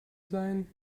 sein